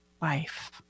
life